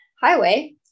Highway